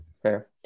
Fair